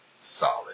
solid